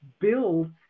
build